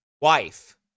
wife